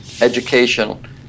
education